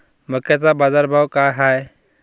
मक्याचा बाजारभाव काय हाय?